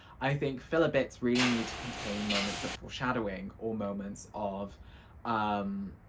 i think filler bits really need to contain moments of foreshadowing or moments of um